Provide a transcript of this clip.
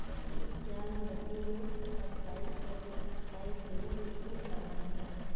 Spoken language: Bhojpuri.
इ जाल नदी में स्थाई अउरी अस्थाई दूनो रूप में लगावल जाला